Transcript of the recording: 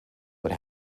what